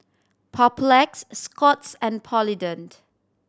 Papulex Scott's and Polident